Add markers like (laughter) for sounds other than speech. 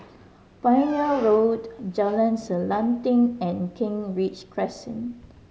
(noise) Pioneer Road Jalan Selanting and Kent Ridge Crescent